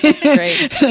great